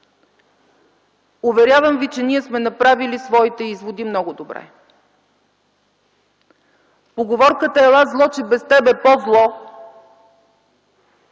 уверявам ви, че ние сме направили своите изводи много добре. Поговорката: „Ела зло, че без тебе по зло”